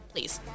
Please